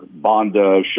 Bonda